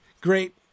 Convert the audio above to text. great